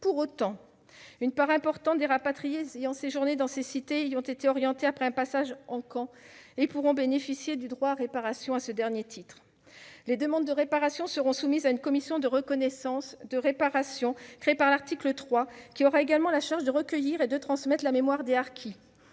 Pour autant, une part importante des rapatriés ayant séjourné dans ces cités y ont été orientés après un passage en camp et pourront, à ce titre, bénéficier du droit à réparation. Les demandes de réparation seront soumises à une commission de reconnaissance et de réparation, créée par l'article 3, qui aura également la charge de recueillir et de transmettre la mémoire des harkis.